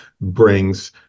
brings